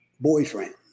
Boyfriend